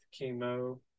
chemo